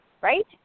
right